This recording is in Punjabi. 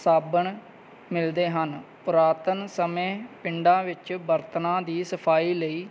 ਸਾਬਣ ਮਿਲਦੇ ਹਨ ਪੁਰਾਤਨ ਸਮੇਂ ਪਿੰਡਾਂ ਵਿੱਚ ਬਰਤਨਾਂ ਦੀ ਸਫਾਈ ਲਈ